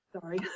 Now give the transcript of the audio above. Sorry